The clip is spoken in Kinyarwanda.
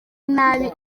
nabi